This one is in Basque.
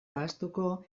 ahaztuko